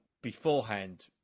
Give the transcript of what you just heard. beforehand